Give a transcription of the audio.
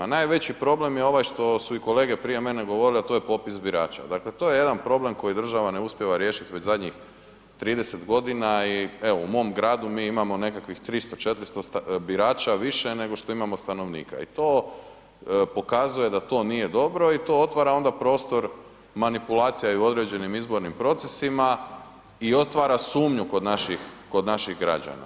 Najveći problem je ovaj što su i kolege prije mene govorile a to je popis birača, dakle to je jedan problem koji država ne uspijeva riješiti već zadnjih 30 g. i evo, u mom gradu mi imamo nekakvih 300, 400 birača više nego što imamo stanovnika i to pokazuje da to nije dobro i to otvara onda prostor manipulaciji u određenim izbornim procesima i otvara sumnju kod naših građana.